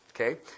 okay